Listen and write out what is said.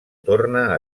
torna